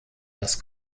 das